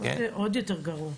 עוד יותר גרוע.